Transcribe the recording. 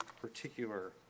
particular